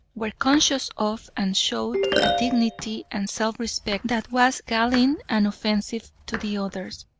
were conscious of and showed a dignity and self-respect that was galling and offensive to the others.